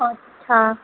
अच्छा